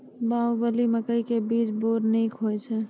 बाहुबली मकई के बीज बैर निक होई छै